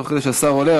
תוך כדי שהשר עולה,